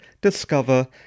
discover